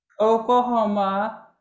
Oklahoma